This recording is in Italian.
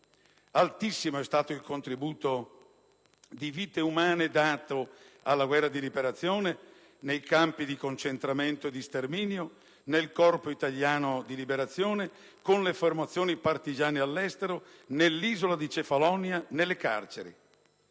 Altissimo è stato il contributo in vite umane dato alla guerra di liberazione, nei campi di concentramento e di sterminio, nel corpo italiano di liberazione, con le formazioni partigiane all'estero, nell'isola di Cefalonia e nelle carceri.